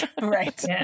Right